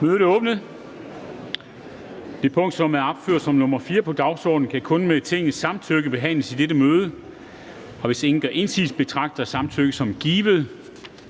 Kristensen): Det punkt, som er opført som nr. 4 på dagsordenen, kan kun med Tingets samtykke behandles i dette møde. Hvis ingen gør indsigelse, betragter jeg samtykket som givet.